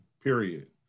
period